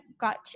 got